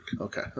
Okay